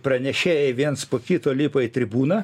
pranešėjai viens po kito lipa į tribūną